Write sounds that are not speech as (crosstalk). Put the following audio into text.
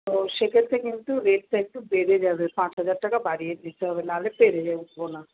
তো সেক্ষেত্রে কিন্তু রেটটা একটু বেড়ে যাবে পাঁচ হাজার টাকা বাড়িয়ে দিতে হবে না হলে পেরে (unintelligible) উঠব না